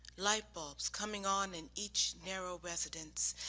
light bulbs coming on in each narrow residence,